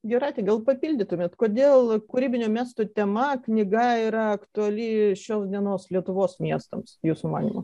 jūrate gal papildytumėt kodėl kūrybinių miestų tema knyga yra aktuali šios dienos lietuvos miestams jūsų manymu